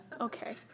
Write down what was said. Okay